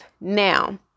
Now